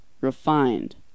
refined